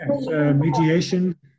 Mediation